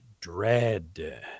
Dread